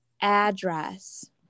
Address